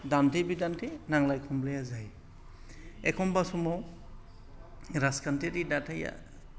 दान्थे बिदान्थे नांलाय खमलाया जायो एखम्बा समाव राजखान्थियारि दाथाया